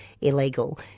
illegal